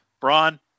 Braun